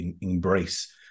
embrace